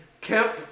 Kemp